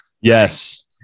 Yes